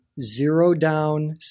zero-down